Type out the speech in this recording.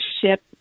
ship